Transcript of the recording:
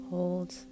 Hold